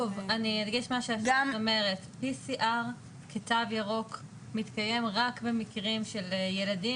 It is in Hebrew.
PCR כתו ירוק מתקיים רק במקרים של ילדים